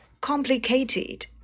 Complicated